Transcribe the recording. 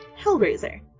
Hellraiser